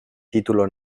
título